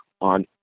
on